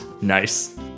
Nice